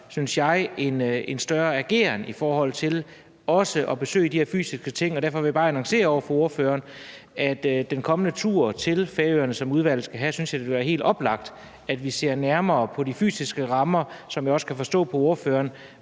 mangler en større ageren i forhold til også at besøge de her fysiske steder. Derfor vil jeg bare annoncere over for ordføreren, at på den kommende tur til Færøerne, som udvalget skal have, synes jeg, det vil være helt oplagt, at vi ser nærmere på de fysiske rammer, som jeg også kan forstå på ordføreren